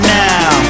now